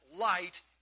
light